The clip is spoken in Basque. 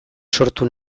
sortu